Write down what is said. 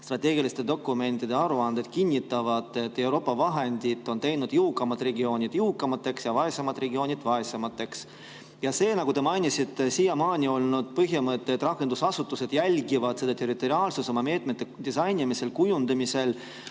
strateegiliste dokumentide aruanded kinnitavad, et Euroopa vahendid on teinud jõukamad regioonid jõukamaks ja vaesemad regioonid vaesemaks. Nagu te mainisite, siiamaani on olnud põhimõte, et rakendusasutused [arvestavad] territoriaalsust oma meetmete disainimisel, kujundamisel.